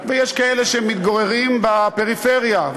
ויש כאלה שמתגוררים בפריפריה,